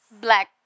black